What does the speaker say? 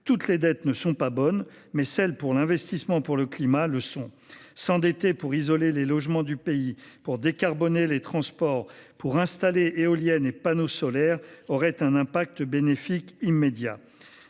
Toutes les dettes ne sont pas bonnes, mais celles pour l’investissement pour le climat le sont. S’endetter pour isoler tous les logements du pays, pour décarboner les transports, pour installer éoliennes et panneaux solaires aurait un impact bénéfique immédiat.